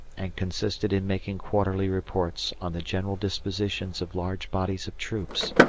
and consisted in making quarterly reports on the general dispositions of large bodies of troops,